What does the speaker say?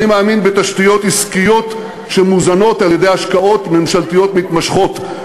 אני מאמין בתשתיות עסקיות שמוזנות על-ידי השקעות ממשלתיות מתמשכות.